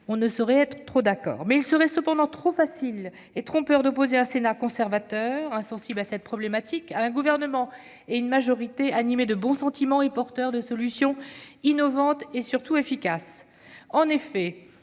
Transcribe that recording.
et ceux qui en sont victimes. Il serait cependant trop facile et trompeur d'opposer un Sénat conservateur insensible à cette problématique à un gouvernement et à une majorité animés de bons sentiments, et porteurs de solutions innovantes et efficaces. Très